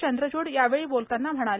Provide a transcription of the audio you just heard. चंद्रच्ड यावेळी बोलताना म्हणाले